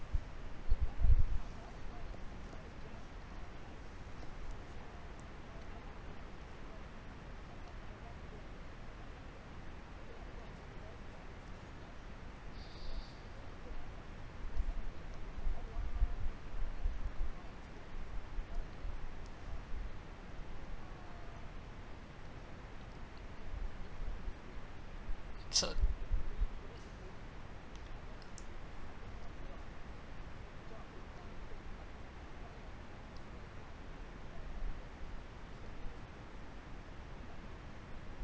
so